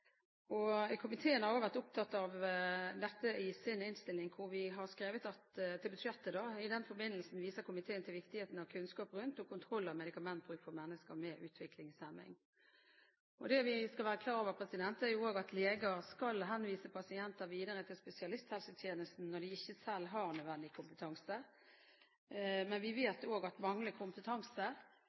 nr. 8-forslaget. Komiteen har også vært opptatt av dette i sin innstilling, hvor vi skrev i innstillingen til forrige sak: «I den forbindelse viser komiteen til viktigheten av kunnskap rundt og kontroll av medikamentbruk for mennesker med utviklingshemning.» Det vi skal være klar over, er også at leger skal henvise pasienter videre til spesialisthelsetjenesten når de ikke selv har nødvendig kompetanse. Men vi vet også at manglende kompetanse